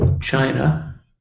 China